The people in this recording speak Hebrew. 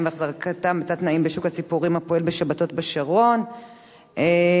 והחזקתם בתת-תנאים ב"שוק הציפורים" הפועל בשבתות בשרון לוועדה.